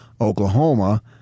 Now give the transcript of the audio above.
Oklahoma